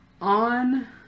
on